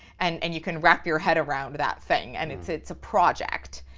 and and you can wrap your head around that thing and it's it's a project.